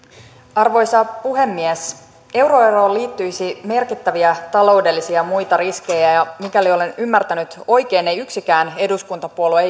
arvoisa puhemies euroeroon liittyisi merkittäviä taloudellisia ja muita riskejä ja mikäli olen ymmärtänyt oikein ei yksikään eduskuntapuolue